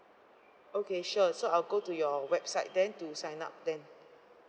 okay sure so I'll go to your website then to sign up then